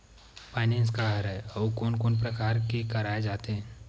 Finance का हरय आऊ कोन कोन प्रकार ले कराये जाथे?